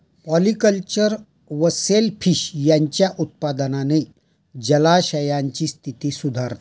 polyculture व shellfish यांच्या उत्पादनाने जलाशयांची स्थिती सुधारते